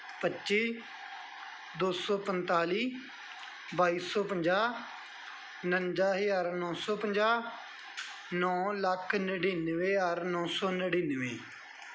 ਪੱਚੀ ਦੋ ਸੌ ਪੰਤਾਲੀ ਬਾਈ ਸੌ ਪੰਜਾਹ ਉਣੰਜਾ ਹਜ਼ਾਰ ਨੌਂ ਸੌ ਪੰਜਾਹ ਨੌਂ ਲੱਖ ਨੜ੍ਹਿਨਵੇਂ ਹਜ਼ਾਰ ਨੌਂ ਸੌ ਨੜ੍ਹਿਨਵੇਂ